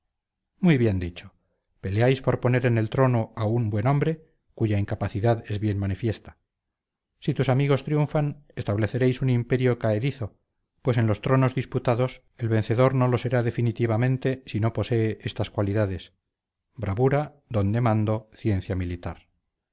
muy bien dicho peleáis por poner en el trono a un buen hombre cuya incapacidad es bien manifiesta si tus amigos triunfan estableceréis un imperio caedizo pues en los tronos disputados el vencedor no lo será definitivamente si no posee estas cualidades bravura don de mando ciencia militar